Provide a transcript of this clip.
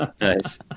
Nice